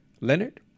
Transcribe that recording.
Leonard